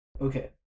Okay